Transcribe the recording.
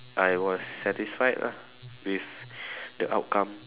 I was satisfied ah with the outcome